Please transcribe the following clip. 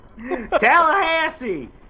Tallahassee